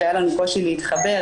היה לנו קושי להתחבר,